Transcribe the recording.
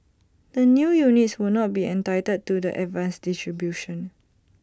the new units will not be entitled to the advanced distribution